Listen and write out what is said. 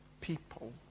people